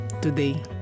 Today